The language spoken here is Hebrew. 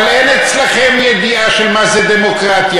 אבל אין אצלכם ידיעה של מה זה דמוקרטיה.